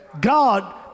God